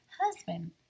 husband